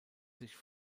sich